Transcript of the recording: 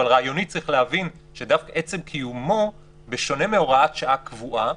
אבל רעיונית צריך להבין שעצם קיומו שונה מהוראת שעה קבועה.